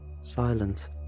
silent